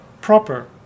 proper